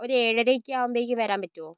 ഒരു ഏഴരയൊക്കെ ആകുമ്പോഴേക്കും വരാൻ പറ്റുവോ